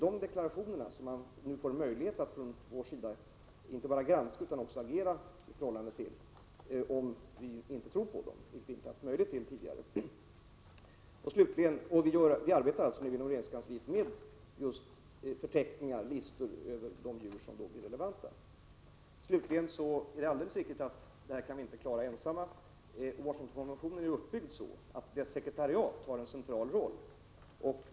Vi har nu fått möjlighet att inte bara granska dessa deklarationer, utan också agera i förhållande till dem om vi inte tror på dem. Denna möjlighet har vi inte haft tidigare. Inom regeringskansliet arbetar vi med förteckningar och listor över de djur som är relevanta. Det är slutligen alldeles riktigt att vi inte kan klara arbetet med dessa frågor ensamma. Washingtonkonventionen är uppbyggd så att dess sekretariat spelar en central roll.